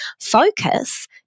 Focus